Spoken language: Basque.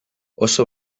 oso